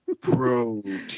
Protein